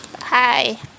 Hi